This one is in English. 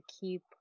keep